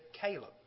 Caleb